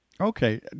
Okay